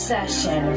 Session